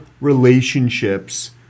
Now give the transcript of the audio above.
relationships